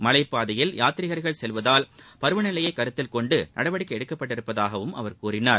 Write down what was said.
மலைப்பாதையில் யாத்ரீகர்கள் செல்வதால் பருவநிலையை கருத்தில்கொண்டு நடவடிக்கை எடுக்கப்பட்டுள்ளதாகவும்அவர் கூறினார்